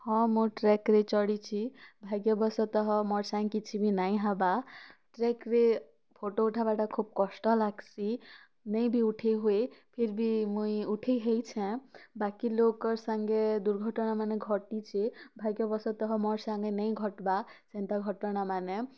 ହଁ ମୁଁ ଟ୍ରେକରେ ଚଢ଼ିଛି ଭାଗ୍ୟବଶତଃ ମୋର୍ ସାଙ୍ଗେ କିଛି ବି ନାଇଁହେବା ଟ୍ରେକରେ ଫଟୋ ଉଠାବାଟା ଖୁବ୍ କଷ୍ଟ ଲାଗସି ନେଇବି ଉଠେଇ ହୁଏ ଫିର୍ ବି ମୁଇଁ ଉଠେଇ ହେଇଛେଁ ବାକି ଲୋକର୍ ସାଙ୍ଗେ ଦୁର୍ଘଟଣା ମାନେ ଘଟିଛେଁ ଭାଗ୍ୟବଶତଃ ମୋର୍ ସାଙ୍ଗେ ନେଇଁ ଘଟବା ସେନ୍ତା ଘଟଣାମାନେ